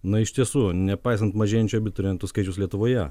na iš tiesų nepaisant mažėjančio abiturientų skaičiaus lietuvoje